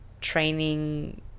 training